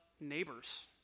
neighbors